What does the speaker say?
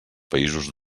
països